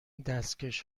دستکش